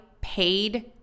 paid